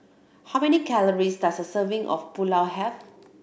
how many calories does a serving of Pulao have